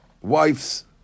wife's